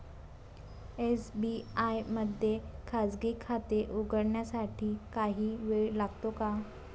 SBI मध्ये खाजगी खाते उघडण्यासाठी काही वेळ लागतो का?